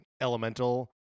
elemental